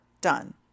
done